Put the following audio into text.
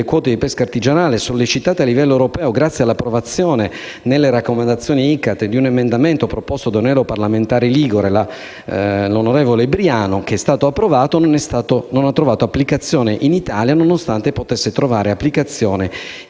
quote di pesca artigianale, sollecitato anche al livello europeo, grazie all'approvazione, nelle raccomandazioni ICCAT di un emendamento proposto da un europarlamentare ligure, l'onorevole Briano, non ha trovato applicazione in Italia, nonostante potesse trovare applicazione